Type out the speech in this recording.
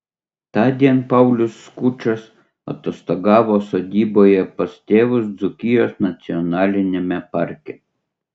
tądien paulius skučas atostogavo sodyboje pas tėvus dzūkijos nacionaliniame parke